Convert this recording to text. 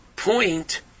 point